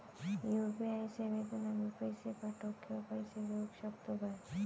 UPI सेवेतून आम्ही पैसे पाठव किंवा पैसे घेऊ शकतू काय?